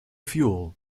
fuel